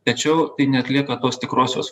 tačiau tai neatlieka tos tikrosios